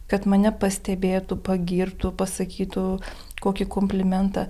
kad mane pastebėtų pagirtų pasakytų kokį komplimentą